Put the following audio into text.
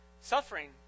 suffering